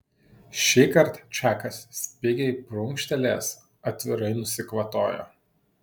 šįkart čakas spigiai prunkštelėjęs atvirai nusikvatojo